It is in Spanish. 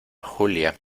julia